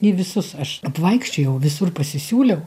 į visus aš atvaikščiojau visur pasisiūliau